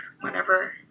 whenever